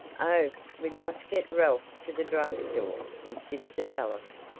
oh, we must get ralph to the drug store, insisted alice.